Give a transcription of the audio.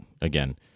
again